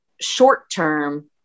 short-term